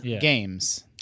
games